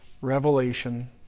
revelation